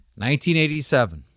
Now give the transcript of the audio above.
1987